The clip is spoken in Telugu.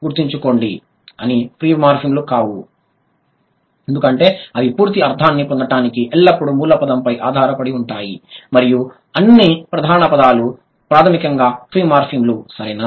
గుర్తుంచుకోండి అవి ఫ్రీ మార్ఫిమ్లు కావు ఎందుకంటే అవి పూర్తి అర్థాన్ని పొందడానికి ఎల్లప్పుడూ మూల పదంపై ఆధారపడి ఉంటాయి మరియు అన్ని ప్రధాన పదాలు ప్రాథమికంగా ఫ్రీ మార్ఫిమ్లు సరేనా